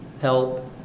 help